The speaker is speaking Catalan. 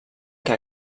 que